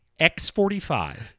X45